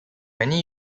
many